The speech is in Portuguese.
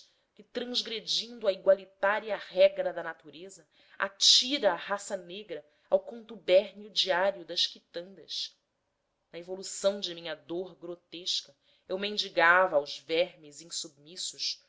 que transgredindo a igualitária regra da natureza atira a raça negra ao contubérnio diário das quitandas na evolução de minha dor grotesca eu mendigava aos vermes insubmissos